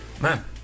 man